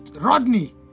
Rodney